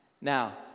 Now